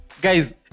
Guys